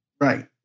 Right